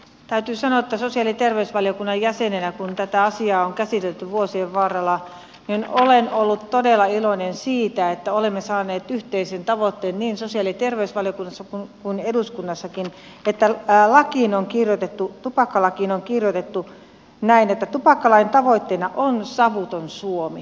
täytyy sanoa että sosiaali ja terveysvaliokunnan jäsenenä kun tätä asiaa on käsitelty vuosien varrella olen ollut todella iloinen siitä että olemme saaneet yhteisen tavoitteen niin sosiaali ja terveysvaliokunnassa kuin eduskunnassakin että tupakkalakiin on kirjoitettu näin että tupakkalain tavoitteena on savuton suomi